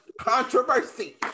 controversy